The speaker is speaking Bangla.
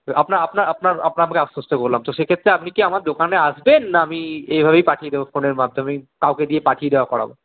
আপনাকে আশ্বস্ত করলাম তো সেক্ষেত্রে আপনি কি আমার দোকানে আসবেন না আমি এইভাবেই পাঠিয়ে দেবো ফোনের মাধ্যমেই কাউকে দিয়ে পাঠিয়ে দেওয়া করাব